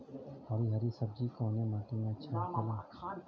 हरी हरी सब्जी कवने माटी में अच्छा होखेला?